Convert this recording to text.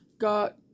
got